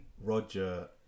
Roger